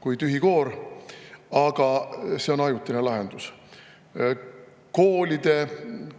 kui tühi koor. Aga see on ajutine lahendus. Koolide